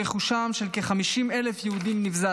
רכושם של כ-50,000 יהודים נבזז.